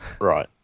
Right